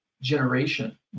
generation